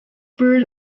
brood